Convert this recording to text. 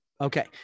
Okay